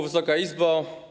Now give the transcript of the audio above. Wysoka Izbo!